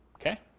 Okay